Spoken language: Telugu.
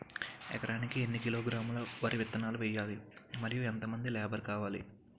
ఎకరానికి ఎన్ని కిలోగ్రాములు వరి విత్తనాలు వేయాలి? మరియు ఎంత మంది లేబర్ కావాలి?